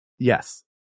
Yes